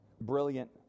brilliant